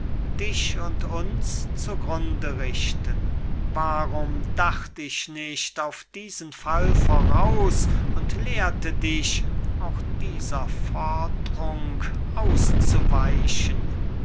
dich und uns zu grunde richten warum dacht ich nicht auf diesen fall voraus und lehrte dich auch dieser fordrung auszuweichen